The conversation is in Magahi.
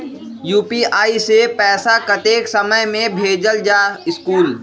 यू.पी.आई से पैसा कतेक समय मे भेजल जा स्कूल?